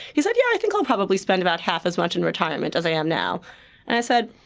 he said, yeah, i think i'll probably spend about half as much in retirement as i am now. and i said,